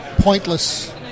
pointless